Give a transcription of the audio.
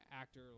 actor